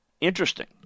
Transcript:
Interesting